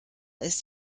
ist